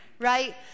right